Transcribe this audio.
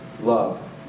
love